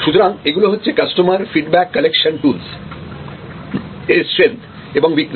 সুতরাং এগুলি হচ্ছে কাস্টমার ফিডব্যাক কালেকশন টুলস এর স্ট্রেন্থ এবং উইকনেস